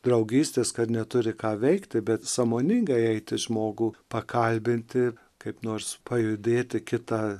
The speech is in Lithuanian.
draugystės kad neturi ką veikti bet sąmoningai eiti žmogų pakalbinti kaip nors pajudėti kitą